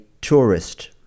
tourist